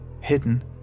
Hidden